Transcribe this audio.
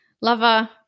lover